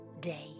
day